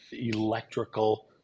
electrical